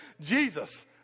Jesus